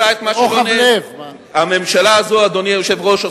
אדוני היושב-ראש,